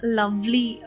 lovely